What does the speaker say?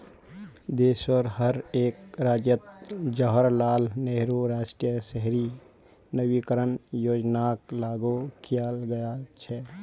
देशोंर हर एक राज्यअत जवाहरलाल नेहरू राष्ट्रीय शहरी नवीकरण योजनाक लागू कियाल गया छ